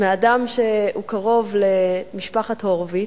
מאדם שהוא קרוב למשפחת הורוביץ,